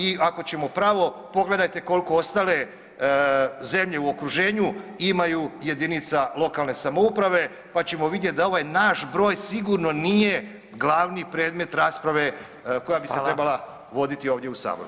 I ako ćemo pravo, pogledajte kolike ostale zemlje u okruženju imaju jedinica lokalne samouprave pa ćemo vidjeti da ovaj naš broj sigurno nije glavni predmet rasprave koja bi se trebala voditi ovdje u Saboru.